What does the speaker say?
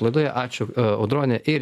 laidoje ačiū audrone ir